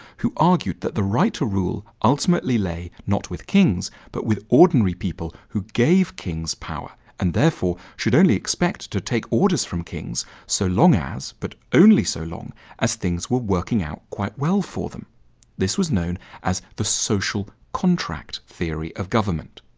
who argued that the right to rule ulltimately lay not with kings but with ordinary people who gave kings power and therefore should only expect to take orders from kings so long as, but only so long as things were working out quite well for them this was known as the social contract theory of government.